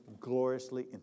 gloriously